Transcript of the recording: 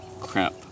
crap